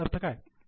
याचा अर्थ काय